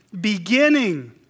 beginning